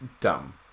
dumb